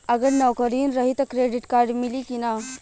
अगर नौकरीन रही त क्रेडिट कार्ड मिली कि ना?